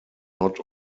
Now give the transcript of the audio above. not